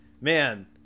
Man